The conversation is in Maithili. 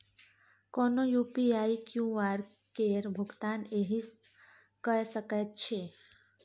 कोनो यु.पी.आई क्यु.आर केर भुगतान एहिसँ कए सकैत छी